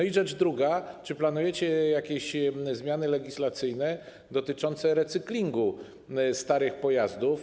I rzecz druga: Czy planujecie zmiany legislacyjne dotyczące recyklingu starych pojazdów?